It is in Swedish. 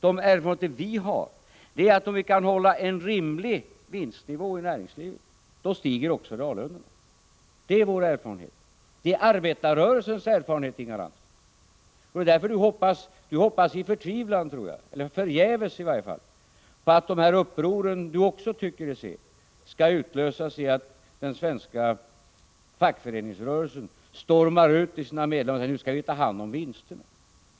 De erfarenheter vi har innebär att om vi kan hålla en rimlig vinstnivå i näringslivet då stiger också reallönerna. Det är vår erfarenhet. Det är arbetarrörelsens erfarenhet. Inga Lantz hoppas förgäves på att de uppror som hon också tycker sig se skall utlösas i att den svenska fackföreningsrörelsen stormar ut till sina medlemmar och säger att vi nu skall ta hand om vinsterna.